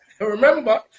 Remember